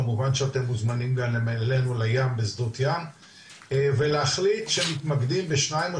כמובן שאתם מוזמנים גם אלינו לים בשדות ים ולהחליט שמתמקדים בשניים,